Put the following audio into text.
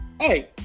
Hey